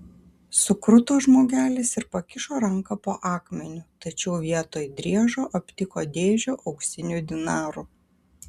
sukruto žmogelis ir pakišo ranką po akmeniu tačiau vietoj driežo aptiko dėžę auksinių dinarų